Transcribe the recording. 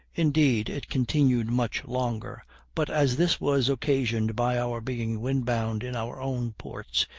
indeed it continued much longer but as this was occasioned by our being wind-bound in our own ports,